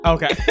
Okay